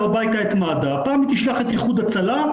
הביתה את מד"א פעם היא תשלח את איחוד הצלה,